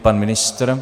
Pan ministr?